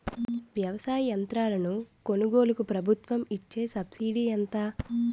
వ్యవసాయ యంత్రాలను కొనుగోలుకు ప్రభుత్వం ఇచ్చే సబ్సిడీ ఎంత?